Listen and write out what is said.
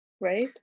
right